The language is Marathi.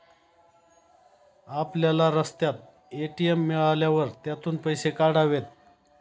आपल्याला रस्त्यात ए.टी.एम मिळाल्यावर त्यातून पैसे काढावेत